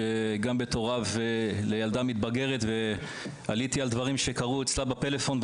גם בתור אב לילדה מתבגרת עליתי על דברים שקרו אצלה בפלאפון.